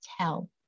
tell